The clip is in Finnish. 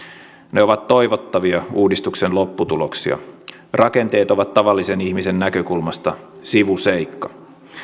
ne ovat toivottavia uudistuksen lopputuloksia rakenteet ovat tavallisen ihmisen näkökulmasta sivuseikka